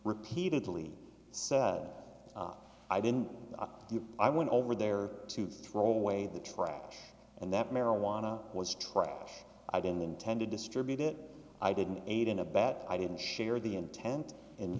repeatedly so i didn't i went over there to throw away the trash and that marijuana was trashed i didn't intend to distribute it i didn't aid and abet i didn't share the intent and